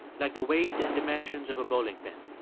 like the weight and dimensions of a bowling pin.